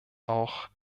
auch